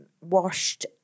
washed